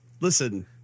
listen